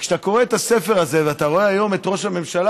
כשאתה קורא את הספר הזה ואתה רואה היום את ראש הממשלה,